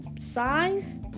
size